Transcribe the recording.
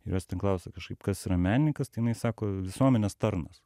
jos ten klausia kažkaip kas yra menininkas tai jinai sako visuomenės tarnas